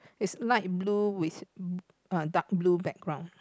is light blue with mm uh dark blue background